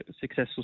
successful